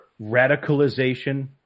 radicalization